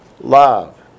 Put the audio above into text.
love